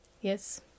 Yes